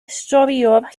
storïwr